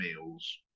meals